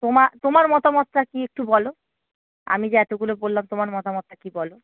তোমা তোমার মতামতটা কী একটু বলো আমি যে এতগুলো বললাম তোমার মতামতটা কী বলো